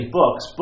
books